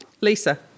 Lisa